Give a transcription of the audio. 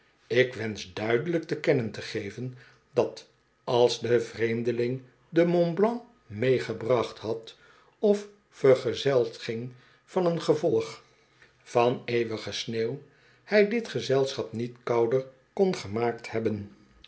ik wensch duidelijk te kennen te geven dat als de vreemdeling den mont blanc meegebracht had of vergezeld ging van een gevolg van eeuwige sneeuw hij dit gezelschap niet kouder kon gemaakt hebben